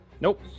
Nope